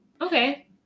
okay